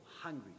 hungry